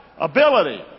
Ability